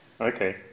Okay